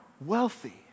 wealthy